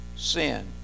sin